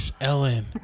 Ellen